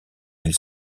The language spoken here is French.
ils